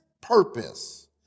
purpose